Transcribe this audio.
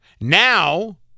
Now